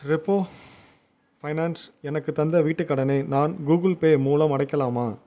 repo finance எனக்குத் தந்த வீட்டுக் கடனை நான் கூகிள்பே மூலம் அடைக்கலாமா